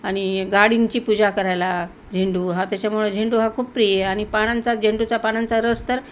आणि गाडीची पूजा करायला झेंडू हा त्याच्यामुळं झेंडू हा खूप प्रिय आ पानांचा झेंडूचा पानांचा रस तर